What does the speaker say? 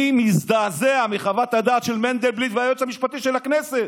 אני מזדעזע מחוות הדעת של מנדלבליט ושל היועץ המשפטי של הכנסת,